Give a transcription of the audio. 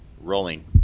Rolling